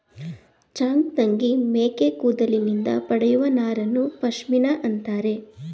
ಚಾಂಗ್ತಂಗಿ ಮೇಕೆ ಕೂದಲಿನಿಂದ ಪಡೆಯುವ ನಾರನ್ನು ಪಶ್ಮಿನಾ ಅಂತರೆ